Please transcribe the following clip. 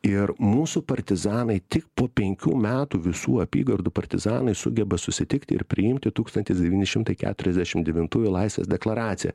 ir mūsų partizanai tik po penkių metų visų apygardų partizanai sugeba susitikti ir priimti tūkstantis devyni šimtai keturiasdešim devintųjų laisvės deklaraciją